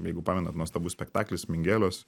jeigu pamenat nuostabus spektaklis mingelos